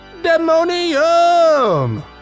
Demonium